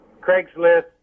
Craigslist